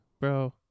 Bro